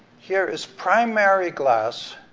here is primary glass,